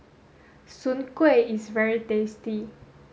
Soon Kway is very tasty